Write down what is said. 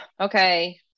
okay